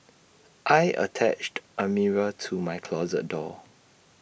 I attached A mirror to my closet door